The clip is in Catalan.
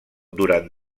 durant